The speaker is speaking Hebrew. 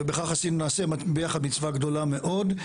ובכך נעשה ביחד מצווה גדולה מאוד.